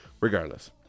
regardless